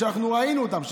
שאנחנו ראינו אותם,